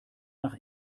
nach